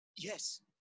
Yes